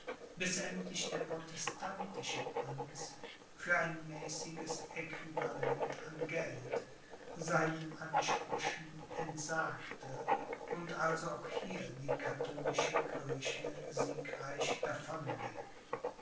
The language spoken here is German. bis endlich der protestantische prinz für ein mäßiges aequivalent an geld seinen ansprüchen entsagte und also auch hier die katholische kirche siegreich